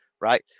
right